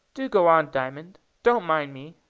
do go on, diamond. don't mind me,